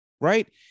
right